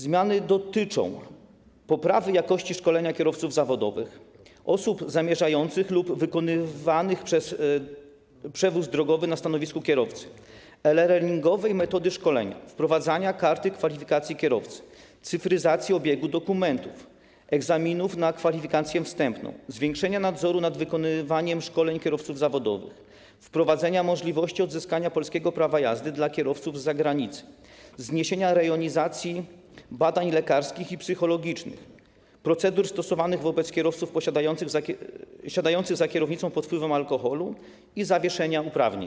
Zmiany dotyczą: poprawy jakości szkolenia kierowców zawodowych - osób zamierzających wykonywać lub wykonujących przewóz drogowy na stanowisku kierowcy, e-learningowej metody szkolenia, wprowadzenia karty kwalifikacji kierowcy, cyfryzacji obiegu dokumentów, egzaminów na kwalifikację wstępną, zwiększenia nadzoru nad wykonywaniem szkoleń kierowców zawodowych, wprowadzenia możliwości odzyskania polskiego prawa jazdy dla kierowców z zagranicy, zniesienia rejonizacji badań lekarskich i psychologicznych, procedur stosowanych wobec kierowców siadających za kierownicą pod wpływem alkoholu i zawieszenia uprawnień.